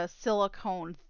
silicone